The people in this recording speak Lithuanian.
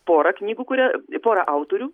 pora knygų kurie pora autorių